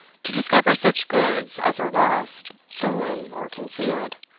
to discover such goods as are lost, stolen or concealed,